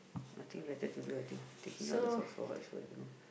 nothing better to do I think taking out the socks for what I also don't know